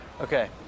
Okay